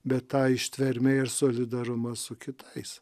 bet ta ištvermė ir solidarumas su kitais